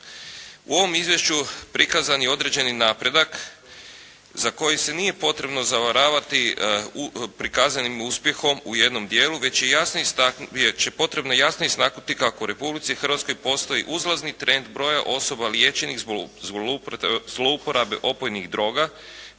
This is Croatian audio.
U ovom izvješću prikazan je određeni napredak za koji se nije potrebno zavaravati u, prikazanim uspjehom u jednom dijelu već je jasni, već je potrebno jasno istaknuti kako u Republici Hrvatskoj postoji uzlazni trend broja osoba liječenih zbog zlouporabe opojnih droga,